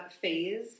phase